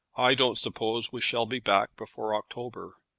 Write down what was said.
i don't suppose we shall be back before october.